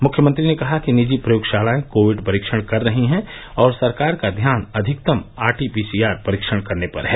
मुख्यमंत्री ने कहा कि निजी प्रयोगशालाएं कोविड परीक्षण कर रही हैं और सरकार का ध्यान अधिकतम आरटी पीसीआर परीक्षण करने पर है